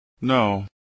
No